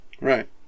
Right